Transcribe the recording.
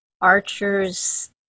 archers